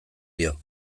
dio